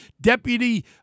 deputy